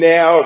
Now